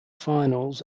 finals